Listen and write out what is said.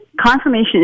confirmation